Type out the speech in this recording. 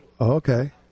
Okay